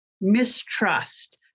mistrust